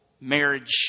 marriage